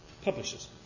publishers